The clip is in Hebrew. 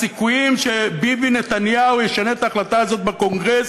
הסיכויים שביבי נתניהו ישנה את ההחלטה הזאת בקונגרס